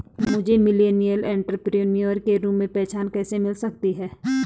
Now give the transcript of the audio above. मुझे millennial entrepreneur के रूप में पहचान कैसे मिल सकती है?